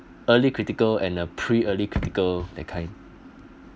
early critical and a pre early critical that kind